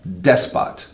despot